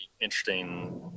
interesting